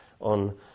on